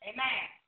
Amen